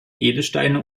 edelsteine